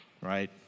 right